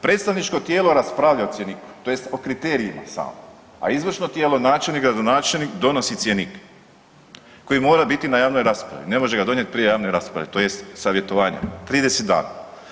Predstavničko tijelo raspravlja o cjeniku tj. o kriterijima samo, a izvršno tijelo načelnik, gradonačelnik donosi cjenik koji mora biti na javnoj raspravi, ne može ga donijet prije javne rasprave tj. savjetovanja 30 dana.